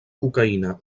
cocaïna